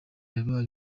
yabaye